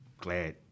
glad